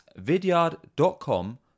vidyard.com